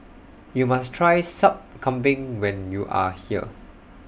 YOU must Try Sup Kambing when YOU Are here